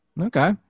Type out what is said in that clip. Okay